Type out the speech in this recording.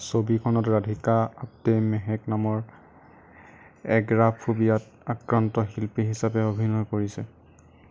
ছবিখনত ৰাধিকা আপ্তে মেহেক নামৰ এগ'ৰাফোবিয়াত আক্ৰান্ত শিল্পী হিচাপে অভিনয় কৰিছে